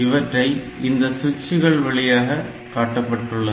இவற்றை இந்த சுவிட்சுகள் வழியாக காட்டப்பட்டுள்ளது